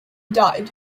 died